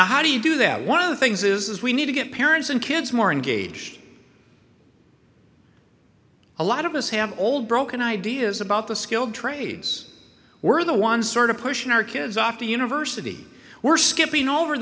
how do you do that one of the things is we need to get parents and kids more engaged a lot of us have all broken ideas about the skilled trades were the ones sort of pushing our kids off to university we're skipping over